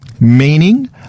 meaning